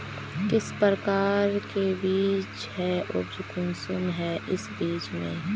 किस प्रकार के बीज है उपज कुंसम है इस बीज में?